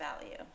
value